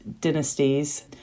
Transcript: dynasties